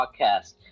Podcast